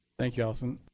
thank you, alison.